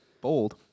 Bold